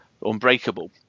Unbreakable